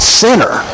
sinner